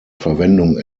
verwendung